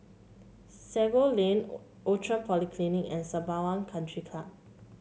Sago Lane Outram Polyclinic and Sembawang Country Club